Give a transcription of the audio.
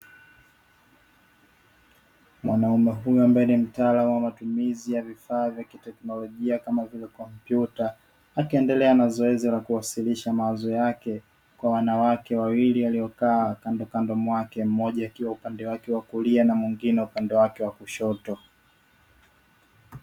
Mwanaume huyu ambaye ni mtaalamu wa matumizi ya vifaa vya kiteknolojia kama vile kompyuta, akiendelea na zoezi la kuwasilisha mawazo yake kwa wanawake wawili waliokaa kandokando mwake, mmoja akiwa upande wa kulia na mwengine upande wake wa kushoto.